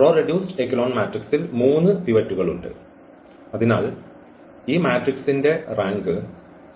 raw reduced echelon മാട്രിക്സ്സിൽ മൂന്ന് പിവറ്റുകൾ ഉണ്ട് അതിനാൽ ഈ മാട്രിക്സിന്റെ റാങ്ക് 3 ആണ്